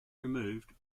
removed